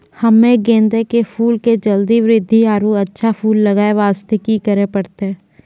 हम्मे गेंदा के फूल के जल्दी बृद्धि आरु अच्छा फूल लगय वास्ते की करे परतै?